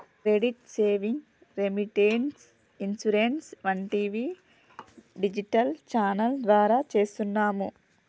credit savings, remittance, insurance వంటివి digital channel ద్వారా చేస్తున్నాము